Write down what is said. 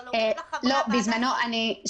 אבל אומרים לך חברי הוועדה -- בזמנו רשות